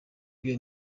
bwe